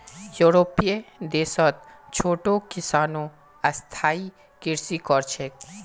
यूरोपीय देशत छोटो किसानो स्थायी कृषि कर छेक